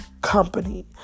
company